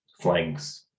flanks